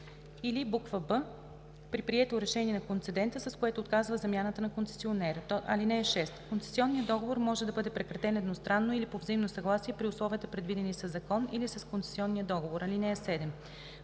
или б) при прието решение на концедента, с което отказва замяната на концесионера. (6) Концесионният договор може да бъде прекратен едностранно или по взаимно съгласие при условия, предвидени със закон или с концесионния договор. (7)